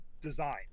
Design